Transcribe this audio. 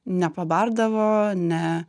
nepabardavo ne